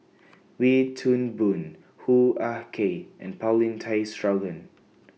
Wee Toon Boon Hoo Ah Kay and Paulin Tay Straughan